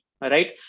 right